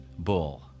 bull